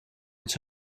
its